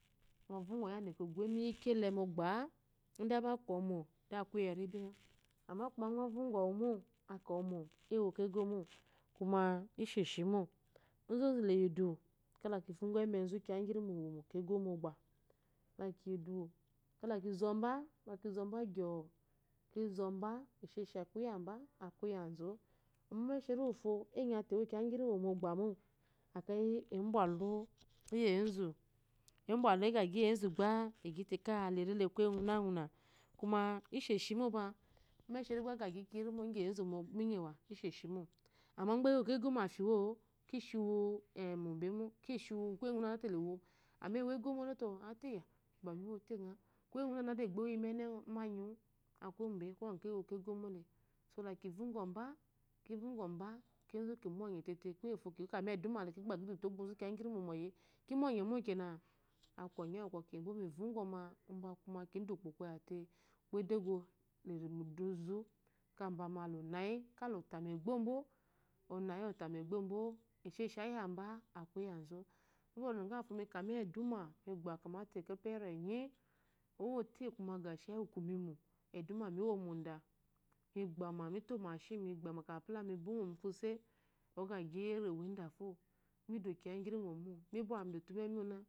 Gbá avongo inde a bakammɔ de aku iym bi ŋa ama gba ŋo vobgɔ wumo aka momɔ ewo kegomo kuma isheshi ozozun le yi idu kala ki vongɔ emezu kiya ngirimo iwomo kego moggba la kiyi idu kala ke zomba esheshi aku ya mba akú yanzú umésheri ufo anyate iwo kiya ngirimo mogbamá akeyi ámbwa lu iyi enzu gba ágite kale rile kuye bgu na ngu na umesheri gba agi kiya irimo ngyezu ishemo ama gba ewokego máfyiwú ó err ama iwokegi mafywumo dete kuye ngu na ngu na egbo wu iyi mba ányiwú kuwo ngu mbe ku wo ngu iwokegomole ki vongo mba ki zu kimo ɔnyi tete kuye ngufo mbe eduma lé kigba idute ogu kiya ngirimo mɔyilé ki mu ɔnye mokena aku ɔnye unɔkɔ ki ye mbo mivongɔma umba kuma kinda ukpo koya te ukpo edego kri mudu zu umba lonayi lota megbo mboona yi otamu egbo mbo eshéshi aku ya mba aku yanzu onunga mi ka mbe duma migba kamate ekerepi erenyi owoté inyéte ɛnwu ikumimo iduma miwo mo onda mi pɛ omashikapi la mi gbama ɔgagi ɛranyi mi kiiya ngirimo